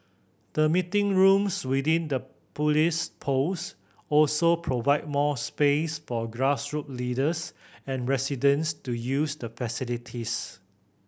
the meeting rooms within the police post also provide more space for grassroot leaders and residents to use the facilities